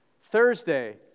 Thursday